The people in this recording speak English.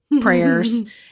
prayers